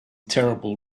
terrible